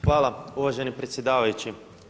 Hvala uvaženi predsjedavajući.